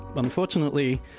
unfortunately,